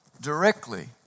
directly